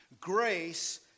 Grace